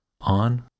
On